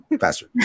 faster